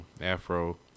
Afro